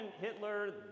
Hitler